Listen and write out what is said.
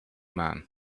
man